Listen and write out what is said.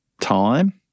time